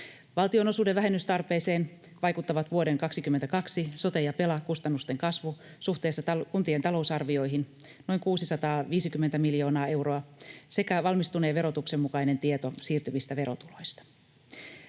Valtionosuuden vähennystarpeeseen vaikuttavat vuoden 22 sote- ja pela-kustannusten kasvu suhteessa kuntien talousarvioihin noin 650 miljoonaa euroa sekä valmistuneen verotuksen mukainen tieto siirtyvistä verotuloista.